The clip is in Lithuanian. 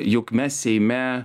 jog mes seime